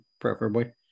preferably